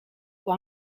può